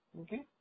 okay